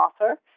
author